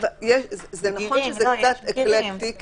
זה נכון שזה קצת אקלקטי,